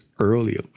earlier